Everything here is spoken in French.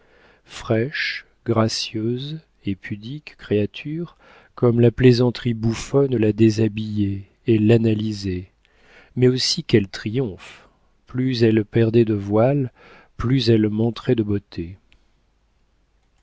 fraîche gracieuse et pudique créature comme la plaisanterie bouffonne la déshabillait et l'analysait mais aussi quel triomphe plus elle perdait de voiles plus elle montrait de beautés